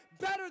better